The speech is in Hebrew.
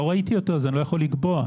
לא ראיתי אותו ולכן אני לא יכול לקבוע.